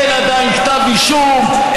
אין עדיין כתב אישום,